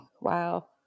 Wow